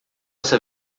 essa